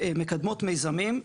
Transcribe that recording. ומקדמות מיזמים.